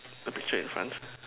the picture in front